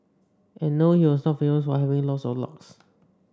and no he was not famous for having lots of locks